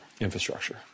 Infrastructure